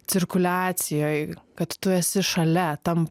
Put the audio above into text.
cirkuliacijoj kad tu esi šalia tam